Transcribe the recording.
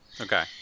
Okay